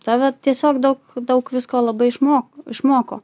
tave tiesiog daug daug visko labai išmoko išmoko